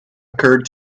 occurred